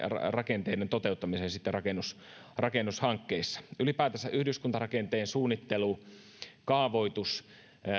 rakenteiden toteuttamiseen rakennushankkeissa ylipäätänsä yhdyskuntarakenteen suunnittelu ja kaavoitus